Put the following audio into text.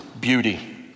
beauty